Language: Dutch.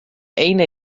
ene